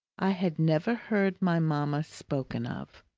i had never heard my mama spoken of.